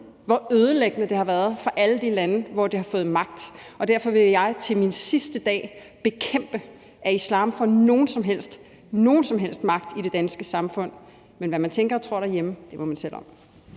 hvor ødelæggende det har været for alle de lande, hvor islam har fået magt, og derfor vil jeg til min sidste dag bekæmpe, at islam får nogen som helst – nogen som helst – magt i det danske samfund. Men hvad man tænker og tror derhjemme, må man selv om.